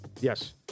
Yes